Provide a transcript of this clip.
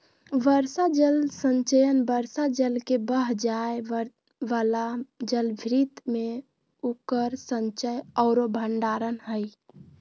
वर्षा जल संचयन वर्षा जल के बह जाय वाला जलभृत में उकर संचय औरो भंडारण हइ